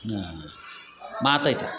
ಹಾಂ ಮಾತು ಐತೆ